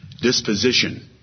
disposition